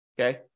okay